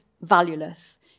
valueless